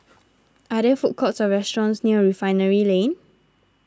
are there food courts or restaurants near Refinery Lane